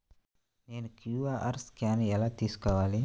నేను QR scan ఎలా తీసుకోవాలి?